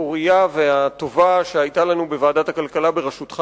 פורייה וטובה שהיתה לנו בוועדת הכלכלה בראשותו,